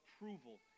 approval